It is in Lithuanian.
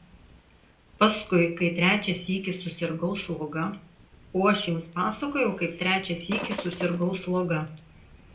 paskui kai trečią sykį susirgau sloga o aš jums pasakojau kaip trečią sykį susirgau sloga